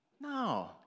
No